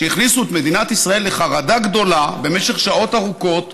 שהכניסו את מדינת ישראל לחרדה גדולה במשך שעות ארוכות: